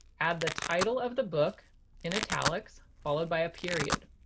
add the title of the book in italics followed by a period.